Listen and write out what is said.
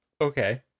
Okay